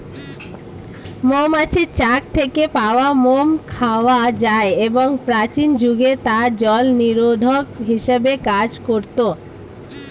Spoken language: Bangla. মৌমাছির চাক থেকে পাওয়া মোম খাওয়া যায় এবং প্রাচীন যুগে তা জলনিরোধক হিসেবে কাজ করত